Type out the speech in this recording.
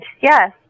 yes